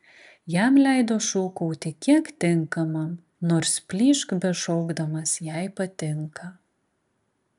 jam leido šūkauti kiek tinkamam nors plyšk bešaukdamas jei patinka